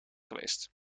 geweest